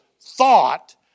thought